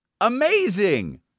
Amazing